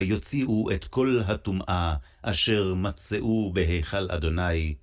יוציאו את כל הטומאה אשר מצאו בהיכל אדוני.